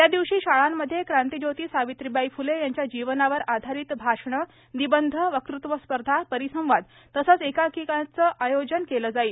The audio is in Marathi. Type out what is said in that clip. या दिवशी शाळांमध्ये क्रांतिज्योती सावित्रीबाई फ्ले यांच्या जीवनावर आधारीत भाषणं निबंध वक्तृत्व स्पर्धा परिसंवाद तसंच एकांकिकांचं आयोजन केलं जाईल